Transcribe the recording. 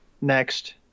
next